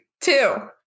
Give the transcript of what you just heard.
two